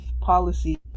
policy